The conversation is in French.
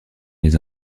les